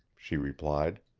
she replied.